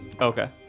Okay